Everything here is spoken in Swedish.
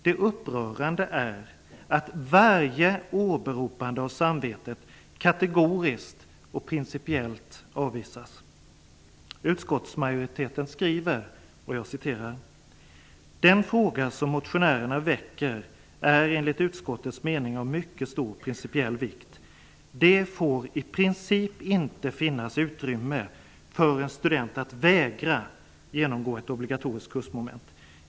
Det upprörande är att varje åberopande av samvetet kategoriskt och principiellt avvisas. ''Den fråga som motionärerna väcker är enligt utskottets mening av mycket stor principiell vikt. -- får det i princip inte finns utrymme för en student att vägra genomgå ett obligatoriskt kursmoment.